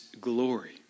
glory